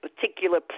particular